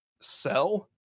sell